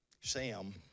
Sam